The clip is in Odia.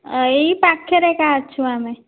ଏଇ ପାଖରେ ଏକା ଅଛୁ ଆମେ